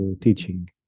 teaching